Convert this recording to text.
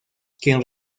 quien